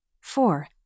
Four